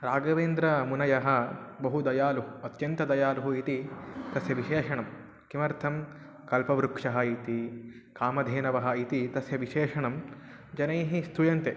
राघवेन्द्रमुनयः बहु दयालुः अत्यन्तदलायुः इति तस्य विशेषणं किमर्थं कल्पवृक्षः इति कामधेनवः इति तस्य विशेषणं जनैः स्तूयन्ते